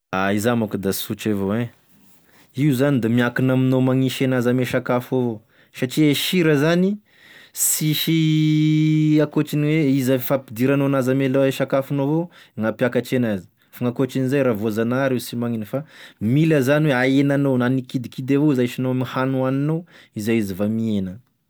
Iza monko da sotry evao en io zany da miankiny aminao magnisy enazy ame sakafo avao satria e sira zany sisy akoatriny hoe izy ame fampidiranao enazy ame lo- e sakafonao avao gn'ampiakatry enazy fa gn'akoatrin'izay raha voazanahary io sy magnino fa mila zany hoe ahenanao na aninao kidikidy avao izy ahisinao ame hany hohaninao izay izy vo mihena.